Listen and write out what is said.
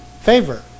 favor